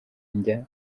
njya